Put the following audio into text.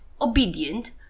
obedient